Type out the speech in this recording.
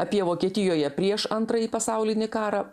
apie vokietijoje prieš antrąjį pasaulinį karą